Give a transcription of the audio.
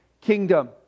kingdom